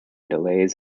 delays